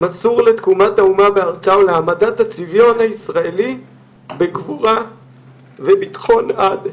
מסור לתקומת האומה בארצה ולהעמדת הצביון הישראלי בגבורה וביטחון עד.